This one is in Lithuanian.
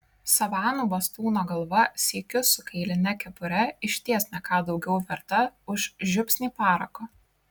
savanų bastūno galva sykiu su kailine kepure išties ne ką daugiau verta už žiupsnį parako